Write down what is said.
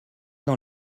dans